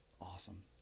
Awesome